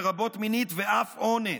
לרבות מינית, ואף אונס.